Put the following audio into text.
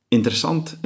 Interessant